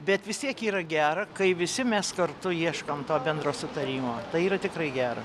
bet vis tiek yra gera kai visi mes kartu ieškom to bendro sutarimo tai yra tikrai gera